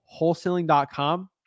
wholesaling.com